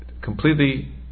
completely